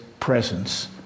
presence